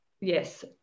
Yes